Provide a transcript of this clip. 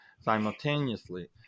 simultaneously